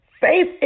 faith